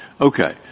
Okay